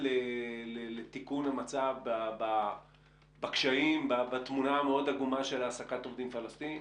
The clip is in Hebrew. לתיקון המצב בתמונה המאוד עגומה של העסקת עובדים פלסטינים?